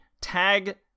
tag